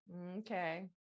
Okay